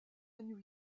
new